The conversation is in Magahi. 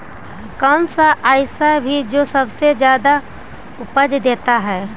कौन सा ऐसा भी जो सबसे ज्यादा उपज देता है?